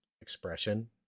expression